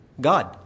God